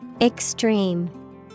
Extreme